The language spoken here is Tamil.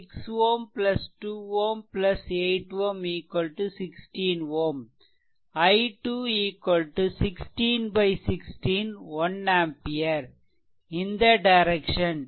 6 Ω 2 Ω 8 Ω 16 Ω i2 16 16 1 ஆம்பியர் இந்த டைரக்சன்